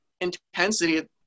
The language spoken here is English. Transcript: intensity